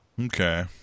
Okay